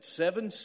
seven